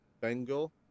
Bengal